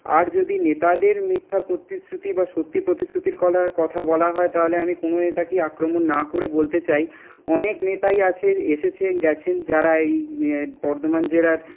আর যদি নেতাদের মিথ্যা প্রতিশ্রুতি বা সত্যি প্রতিশ্রুতির কলা কথা বলা হয় তাহলে আমি কোনো নেতাকেই আক্রমণ না করে বলতে চাই অনেক নেতাই আছে এসেছেন গেছেন যারা এই বর্ধমান জেলার